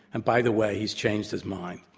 and by the way, he's changed his mind.